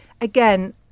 again